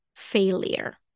Failure